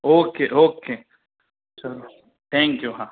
okay okay ચાલો thank you હા